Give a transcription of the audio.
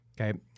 Okay